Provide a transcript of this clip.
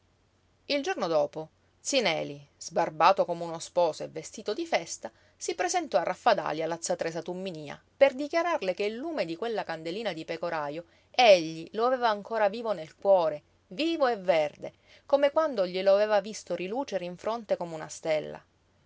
il giorno dopo zi neli sbarbato come uno sposo e vestito di festa si presentò a raffadali alla z tresa tumminía per dichiararle che il lume di quella candelina di pecorajo egli lo aveva ancora vivo nel cuore vivo e verde come quando glielo aveva visto rilucere in fronte come una stella